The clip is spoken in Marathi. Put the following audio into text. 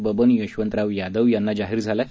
बबन यशवतराव यादव याना जाहीर झाला आहे